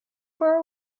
for